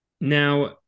Now